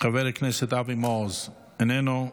חבר הכנסת אבי מעוז, איננו.